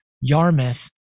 Yarmouth